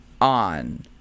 On